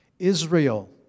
Israel